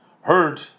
heard